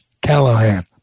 Callahan